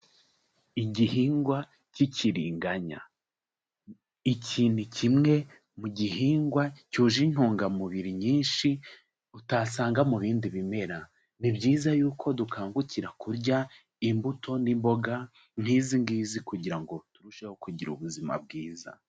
Igihingwa k'ikiriganya. iki ni kimwe mu gihingwa cyuje intungamubiri nyinshi utasanga mu bindi bimera. Ni byiza yuko dukangukira kurya imbuto n'imboga nk'izi ngizi kugira ngo turusheho kugira ubuzima bwiza.